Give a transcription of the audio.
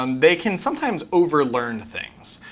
um they can sometimes over-learn things.